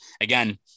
again